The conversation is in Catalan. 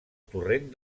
torrent